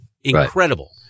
incredible